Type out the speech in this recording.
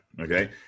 Okay